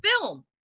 film